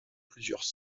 plusieurs